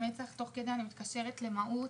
תוך כדי גם התקשרתי למהו"ת.